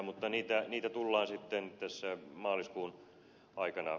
mutta niitä tullaan sitten tässä maaliskuun aikana